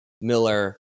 Miller